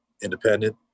independent